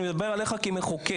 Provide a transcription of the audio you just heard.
אני מדבר עליך כמחוקק,